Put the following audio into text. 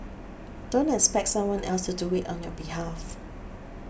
don't expect someone else to do it on your behalf